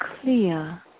clear